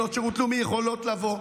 בנות שירות יכולות לבוא,